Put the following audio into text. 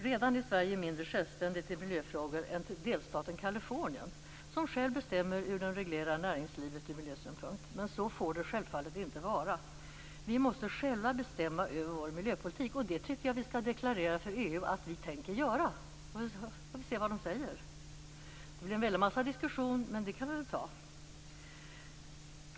Redan är Sverige mindre självständigt i miljöfrågor än delstaten Kalifornien, som själv bestämmer hur den reglerar näringslivet ur miljösynpunkt. Men så får det självfallet inte vara. Vi måste själva bestämma över vår miljöpolitik, och det tycker jag att vi skall deklarera för EU att vi tänker göra. Då får vi se vad de säger. Det blir en väldig massa diskussion, men det kan vi väl ta.